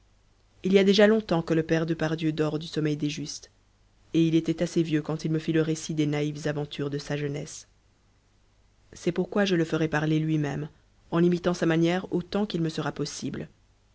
il y a déjà longtemps que le père depardieu dort du sommeil des justes et il était assez vieux quand il me fit le récit des naïves aventures de sa jeunesse c'est pourquoi je le ferai parler lui-même en imitant sa manière autant qu'il me sera possible